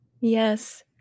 Yes